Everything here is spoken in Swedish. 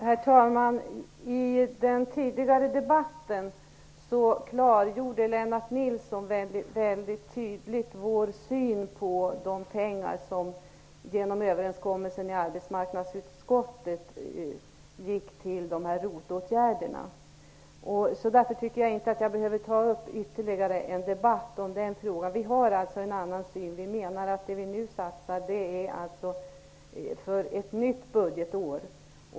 Herr talman! I den tidigare debatten klargjorde Lennart Nilsson mycket tydligt vår syn på de pengar som genom överenskommelsen med arbetsmarknadsutskottet gick till ROT-åtgärderna. Därför tycker jag inte att jag behöver ta ytterligare en debatt om den frågan. Vi har en annan syn på detta. Vi menar att det som nu satsas gäller ett nytt budgetår.